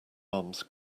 arms